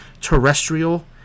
terrestrial